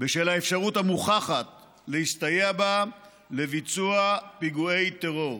בשל האפשרות המוכחת להסתייע בה לביצוע פיגועי טרור.